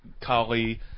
Kali